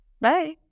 Bye